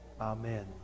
amen